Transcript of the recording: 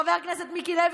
חבר הכנסת מיקי לוי,